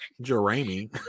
Jeremy